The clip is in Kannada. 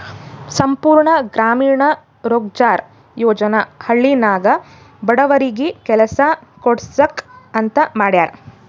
ಸಂಪೂರ್ಣ ಗ್ರಾಮೀಣ ರೋಜ್ಗಾರ್ ಯೋಜನಾ ಹಳ್ಳಿನಾಗ ಬಡವರಿಗಿ ಕೆಲಸಾ ಕೊಡ್ಸಾಕ್ ಅಂತ ಮಾಡ್ಯಾರ್